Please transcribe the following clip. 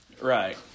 Right